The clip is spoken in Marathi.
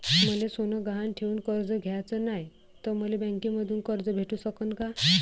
मले सोनं गहान ठेवून कर्ज घ्याचं नाय, त मले बँकेमधून कर्ज भेटू शकन का?